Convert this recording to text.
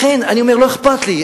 לכן, אני אומר, לא אכפת לי.